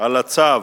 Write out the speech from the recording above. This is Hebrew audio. על הצו.